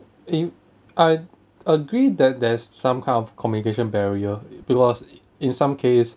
if I agree that there's some kind of communication barrier because in some case